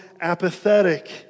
apathetic